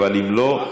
אבל אם לא,